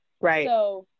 Right